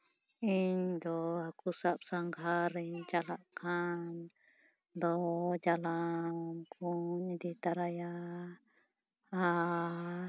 ᱤᱧ ᱫᱚ ᱦᱟᱹᱠᱩ ᱥᱟᱵ ᱥᱟᱸᱜᱷᱟᱨᱤᱧ ᱪᱟᱞᱟᱜ ᱠᱷᱟᱱ ᱫᱚ ᱡᱟᱞᱟᱢ ᱠᱚᱧ ᱤᱫᱤ ᱛᱚᱨᱟᱭᱟ ᱟᱨ